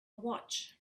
watch